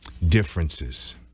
differences